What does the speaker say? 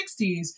1960s